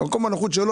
במקום הנוחות שלו,